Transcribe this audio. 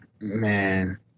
Man